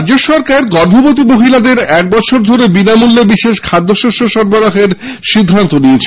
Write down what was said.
রাজ্য সরকার গর্ভবতী মহিলাদের এক বছর বিনামূল্যে বিশেষ খাদ্যশস্য সরবরাহ করার সিদ্ধান্ত নিয়েছে